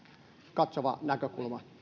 katsova näkökulma